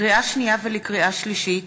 לקריאה שנייה ולקריאה שלישית: